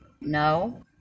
No